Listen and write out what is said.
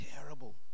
terrible